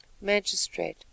Magistrate